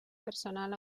personal